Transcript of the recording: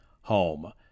home